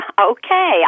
Okay